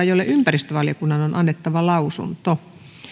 jolle ympäristövaliokunnan on annettava lausunto